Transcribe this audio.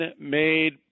made